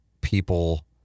people